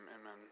amen